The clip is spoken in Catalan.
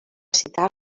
citar